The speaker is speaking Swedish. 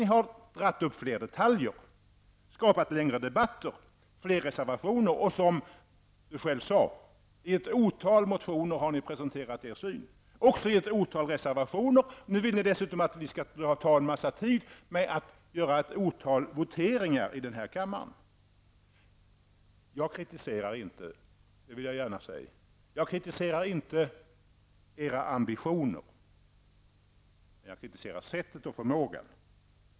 Ni har tagit upp fler detaljer, skapat längre debatter, fler reservationer och, som Marianne Samuelsson sade, i ett otal motioner presenterat er syn. Det har ni också gjort i ett otal reservationer. Nu vill ni dessutom att vi skall använda en hel del tid till ett otal voteringar i kammaren. Jag vill gärna säga att jag inte kritiserar era ambitioner, men jag kritiserar sättet och förmågan att hantera dem.